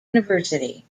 university